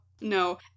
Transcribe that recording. No